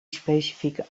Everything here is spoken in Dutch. specifieke